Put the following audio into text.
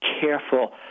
careful